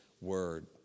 word